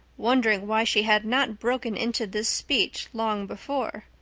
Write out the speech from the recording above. wondering why she had not broken into this speech long before,